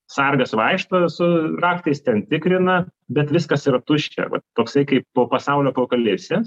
sargas vaikšto su raktais ten tikrina bet viskas yra tuščia vat toksai kaip po pasaulio apokalipsės